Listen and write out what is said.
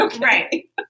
Right